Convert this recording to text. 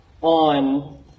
on